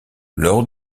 lors